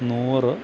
നൂറ്